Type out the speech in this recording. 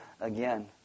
again